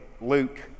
Luke